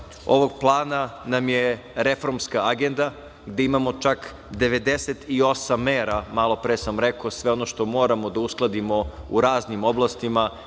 ovog plana nam je reformska agenda, gde imamo čak 98 mera, malopre sam rekao, sve ono što moramo da uskladimo u raznim oblastima